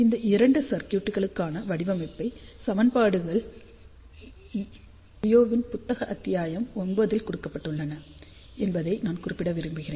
இந்த இரண்டு சர்க்யூட்டுகளுக்கான வடிவமைப்பு சமன்பாடுகள் லியோவின் புத்தக அத்தியாயம் 9 இல் கொடுக்கப்பட்டுள்ளன என்பதை நான் குறிப்பிட விரும்புகிறேன்